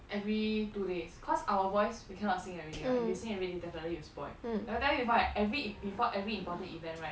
every two days cause our voice we cannot sing everyday [what] if you sing everyday definitely will spoil by that time before I I read before every important event right